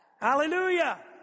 Hallelujah